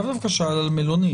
לאו דווקא שאל על מלונית.